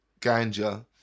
ganja